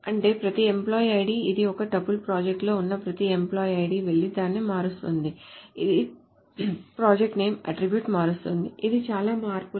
అంటే ప్రతి employee ID ఇది ఒక టూపుల్ ప్రాజెక్ట్లో ఉన్న ప్రతి ఎంప్లాయ్ ఐడి వెళ్లి దాన్ని మారుస్తుంది ఇది ప్రాజెక్ట్ నేమ్ అట్ట్రిబ్యూట్ మారుస్తుంది ఇది చాలా మార్పులు